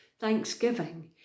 Thanksgiving